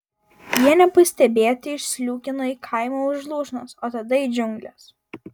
jie nepastebėti išsliūkino į kaimą už lūšnos o tada į džiungles